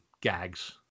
gags